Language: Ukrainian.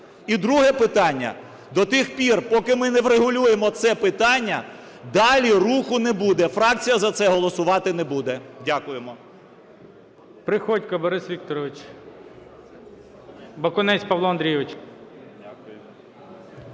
І друге питання. До тих пір, поки ми не врегулюємо це питання, далі руху не буде. Фракція за це голосувати не буде. Дякую.